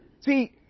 See